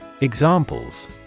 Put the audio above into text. Examples